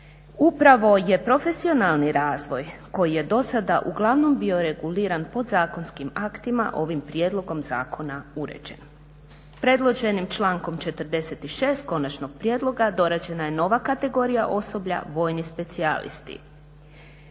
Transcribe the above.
Upravo je profesionalni razvoj koji je do sada uglavnom bio reguliran podzakonskim aktima, ovim prijedlogom zakona uređen. Predloženim člankom 46. konačnog prijedloga dorađena je nova kategorija osoblja vojni specijalisti.